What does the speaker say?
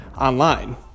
online